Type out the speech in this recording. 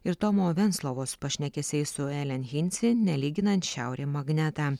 ir tomo venclovos pašnekesiai su elen hinsi nelyginant šiaurė magnetą